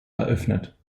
eröffnet